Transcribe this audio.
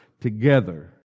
together